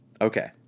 Okay